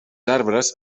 arbres